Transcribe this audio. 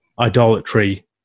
idolatry